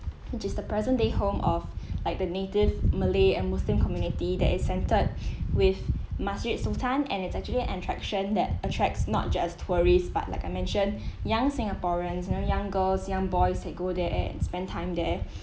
which is the present day home of like the natives malay and muslim community that is centred with masjid sultan and it's actually an attraction that attracts not just tourist but like I mention young singaporeans you know young girls young boys they go there and spend time there